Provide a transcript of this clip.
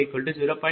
006j0